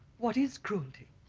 what is cruelty?